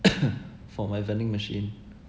for my vending machine